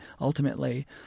ultimately